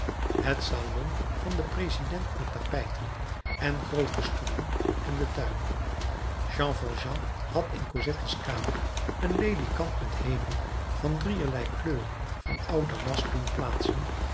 het salon van den president met tapijten en groote stoelen en den tuin jean valjean had in cosette's kamer een ledikant met hemel van drieërlei kleur van oud damast doen plaatsen